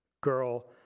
girl